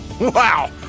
Wow